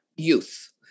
youth